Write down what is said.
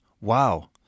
wow